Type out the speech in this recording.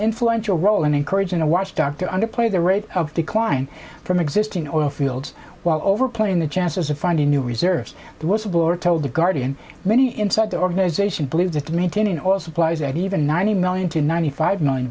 influential role in encouraging a watch dr under play the rate of decline from existing oilfields while overplaying the chances of finding new reserves the whistleblower told the guardian many inside the organization believe that maintaining oil supplies and even ninety million to ninety five million